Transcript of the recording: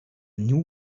new